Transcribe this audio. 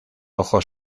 ojos